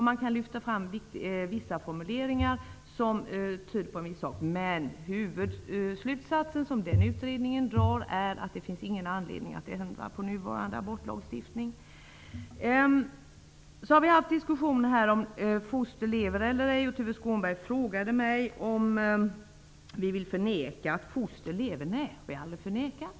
Man kan lyfta fram vissa formuleringar som tyder på något, men utredningens huvudslutsats är att det inte finns någon anledning att ändra på nuvarande abortlagstiftning. Vi har haft diskussioner om foster lever eller ej. Tuve Skånberg frågade mig om vi vill förneka att foster lever. Det har vi aldrig förnekat.